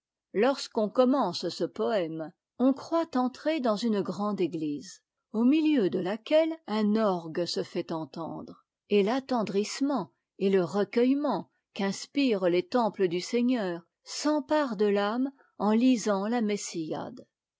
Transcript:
lorsqu'on commence ce poëme on croit entrer dans une grande église au milieu de laquelle un orgue se fait entendre et l'attendrissement et le recueillement qu'inspirent les temples du seigneur s'emparent de l'âme en lisant la messiade